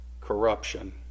corruption